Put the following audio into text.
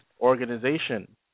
organization